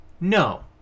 No